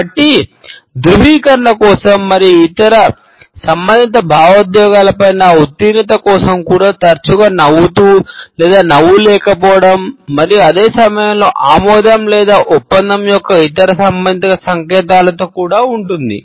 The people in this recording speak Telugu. కాబట్టి ధృవీకరణ కోసం మరియు ఇతర సంబంధిత భావోద్వేగాలపై ఉత్తీర్ణత కోసం కూడా తరచుగా నవ్వుతూ లేదా నవ్వు లేకపోవడం మరియు అదే సమయంలో ఆమోదం లేదా ఒప్పందం యొక్క ఇతర సంబంధిత సంకేతాలతో కూడి ఉంటుంది